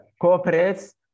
cooperates